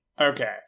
Okay